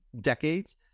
decades